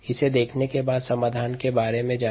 इसे देखने के बाद हम समाधान के बारे में जाने